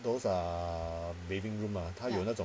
those are bathing room ah 他有那种